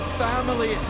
family